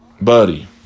Buddy